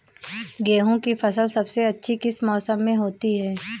गेंहू की फसल सबसे अच्छी किस मौसम में होती है?